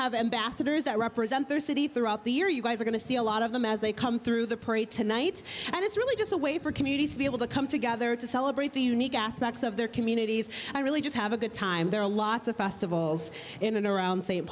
have ambassadors that represent their city throughout the year you guys are going to see a lot of them as they come through the parade tonight and it's really just a way for communities to be able to come together to celebrate the unique aspects of their communities i really just have a good time there are lots of festivals in and around st